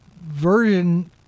version